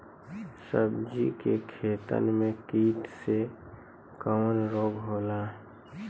सब्जी के खेतन में कीट से कवन रोग होला?